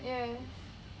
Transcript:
ya